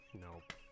Nope